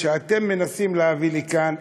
שאתם מנסים להביא לכאן,